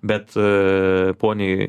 bet poniai